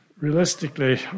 realistically